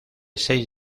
seis